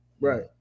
Right